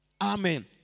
Amen